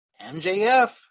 MJF